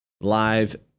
Live